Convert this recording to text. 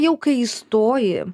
jau kai įstoji